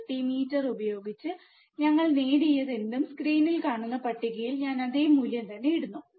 multimeter ഉപയോഗിച്ച് ഞങ്ങൾ നേടിയതെന്തും സ്ക്രീനിൽ കാണുന്ന പട്ടികയിൽ ഞാൻ അതേ മൂല്യം തന്നെ ഇടുന്നു